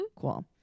Cool